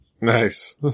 Nice